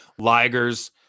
ligers